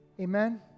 Amen